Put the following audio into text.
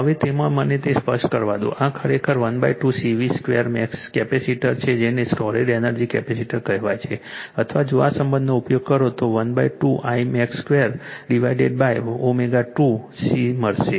હવે તેમાં મને તે સ્પષ્ટ કરવા દો આ ખરેખર 12 C Vmax2 કેપેસિટર છે જેને સ્ટોરેડ એનર્જી કેપેસિટર કહેવાય છે અથવા જો આ સંબંધનો ઉપયોગ કરો તો 12 Imax2 ડિવાઇડેડ ω2 C મળશે